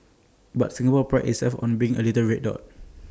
but Singapore prides itself on being A little red dot